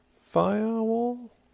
firewall